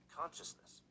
consciousness